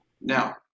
Now